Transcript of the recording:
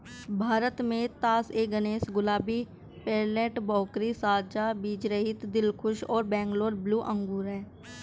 भारत में तास ए गणेश, गुलाबी, पेर्लेट, भोकरी, साझा बीजरहित, दिलखुश और बैंगलोर ब्लू अंगूर हैं